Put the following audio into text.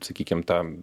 sakykime tą